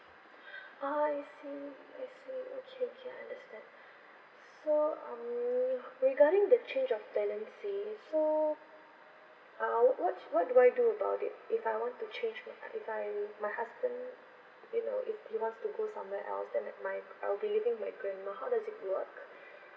oh I see I see okay okay I understand so um regarding the change of tenancy so uh what what what do I about it if I want to change if I if I my husband you know if he wants to go somewhere else then my I'll be leaving my grandma how does it work